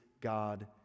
God